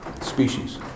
species